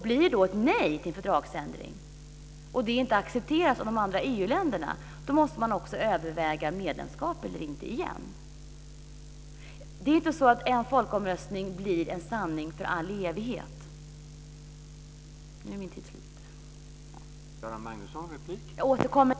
Blir det då ett nej till fördragsändring och det inte accepteras av de andra EU-länderna måste man också överväga frågan om medlemskap eller inte igen. Det är inte så att en folkomröstning leder till en sanning i all evighet. Nu är min talartid slut. Jag återkommer till de andra frågorna senare.